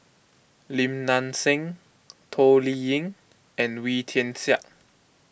Lim Nang Seng Toh Liying and Wee Tian Siak